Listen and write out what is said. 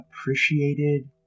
appreciated